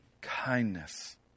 kindness